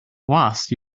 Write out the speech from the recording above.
wasp